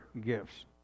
gifts